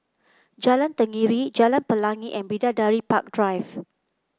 Jalan Tenggiri Jalan Pelangi and Bidadari Park Drive